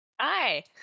Hi